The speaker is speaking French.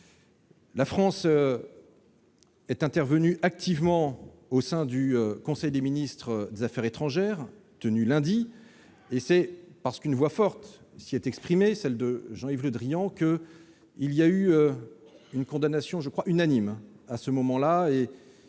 La France est intervenue activement au sein du Conseil des ministres des affaires étrangères, lundi dernier. C'est parce qu'une voix forte s'y est exprimée, celle de Jean-Yves Le Drian, qu'une condamnation unanime, je crois,